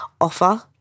offer